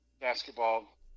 basketball